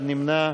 אחד נמנע.